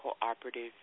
cooperative